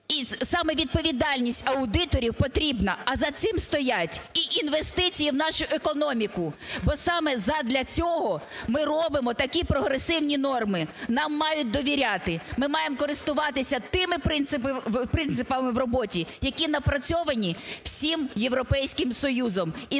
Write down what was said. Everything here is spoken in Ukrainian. І саме відповідальність аудиторів потрібна, а за цим стоять і інвестиції в нашу економіку, бо саме задля цього ми робимо такі прогресивні норми. Нам мають довіряти, ми маємо користуватися тими принципами в роботі, які напрацьовані всім Європейським Союзом.